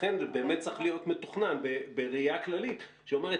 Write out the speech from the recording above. לכן זה באמת צריך להיות מתוכנן בראיה כללית שאומרת,